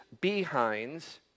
behinds